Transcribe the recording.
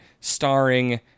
starring